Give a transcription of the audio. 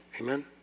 Amen